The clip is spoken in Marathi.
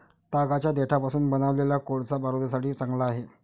तागाच्या देठापासून बनवलेला कोळसा बारूदासाठी चांगला आहे